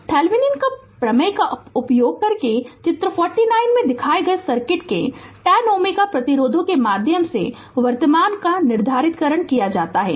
तो थेवेनिन के प्रमेय का उपयोग करके चित्र 49 में दिखाए गए सर्किट के 10 Ω प्रतिरोधी के माध्यम से वर्तमान का निर्धारण किया जाता है